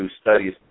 studies